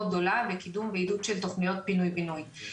גדולה בקיום ועידוד של תכניות פינוי בינוי.